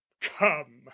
come